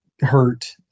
hurt